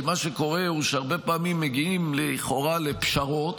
כי מה שקורה הוא שהרבה פעמים מגיעים לכאורה ל"פשרות"